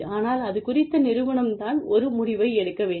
ஆனால் அது குறித்து நிறுவனம் தான் ஒரு முடிவை எடுக்க வேண்டும்